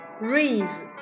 raise